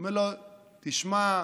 הוא אומר לו: תשמע,